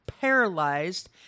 paralyzed